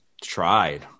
tried